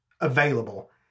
available